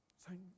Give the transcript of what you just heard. thank